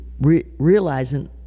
realizing